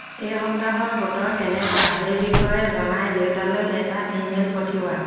এই সপ্তাহৰ বতৰ কেনেকুৱা সেই বিষয়ে জনাই দেউতালৈ এটা ইমেইল পঠিওৱা